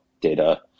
data